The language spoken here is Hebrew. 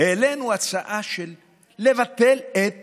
העלינו הצעה לבטל את